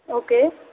okay